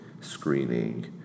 screening